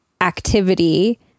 activity